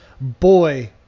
boy